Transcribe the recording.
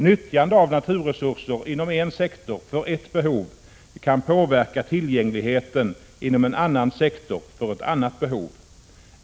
Nyttjande av naturresurser inom en sektor för ett behov kan påverka tillgängligheten inom en annan sektor för ett annat behov.